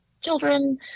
children